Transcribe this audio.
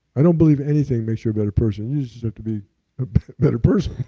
i don't believe anything makes you a better person, you just have to be a better person,